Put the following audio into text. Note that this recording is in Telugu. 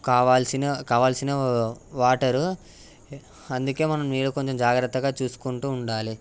కావాల్సిన కావాల్సిన వాటరు అందుకే మనం నీరు కొంచెం జాగ్రత్తగా చూసుకుంటు ఉండాలి